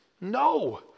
No